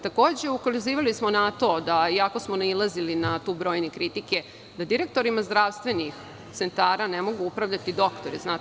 Takođe smo ukazivali na to, iako smo nailazili na tu brojne kritike, da direktorima zdravstvenih centara ne mogu upravljati doktori, znate?